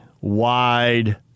Wide